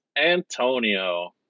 Antonio